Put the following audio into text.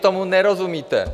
Vy tomu nerozumíte.